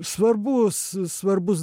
svarbus svarbus